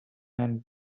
and